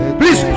please